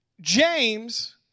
James